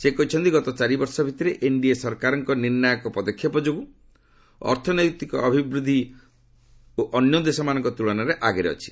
ସେ କହିଛନ୍ତି ଗତ ଚାରିବର୍ଷ ଭିତରେ ଏନ୍ଡିଏ ସରକାରଙ୍କ ନିର୍ଣ୍ଣାୟକ ପଦକ୍ଷେପ ଯୋଗୁଁ ଅର୍ଥନୈତିକ ଅଭିବୃଦ୍ଧି ଅନ୍ୟ ଦେଶମାନଙ୍କ ତୁଳନାରେ ଆଗେରେ ଅଛି